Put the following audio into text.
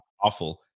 awful